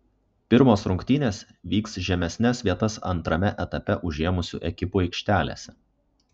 pirmos rungtynės vyks žemesnes vietas antrame etape užėmusių ekipų aikštelėse